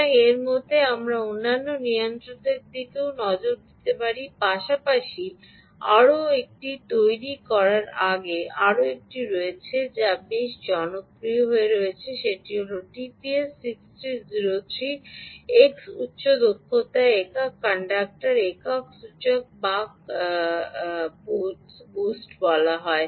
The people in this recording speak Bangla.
সুতরাং এর মতো আমরা অন্যান্য নিয়ন্ত্রকের দিকেও নজর দিতে পারি পাশাপাশি আরও একটি তৈরি করার আগে আরও একটি রয়েছে যা বেশ জনপ্রিয় হয় এটি টিপিএস 6303 এক্স উচ্চ দক্ষতা একক ইন্ডাক্টর একক সূচক বাক বুক বলা হয়